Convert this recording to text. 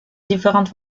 différentes